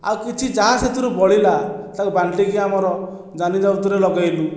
ଆଉ କିଛି ଯାହା ସେଥିରୁ ବଳିଲା ତାକୁ ବାଣ୍ଟିକି ଆମର ଜାନିଯୌତୁକରେ ଲଗାଇଲୁ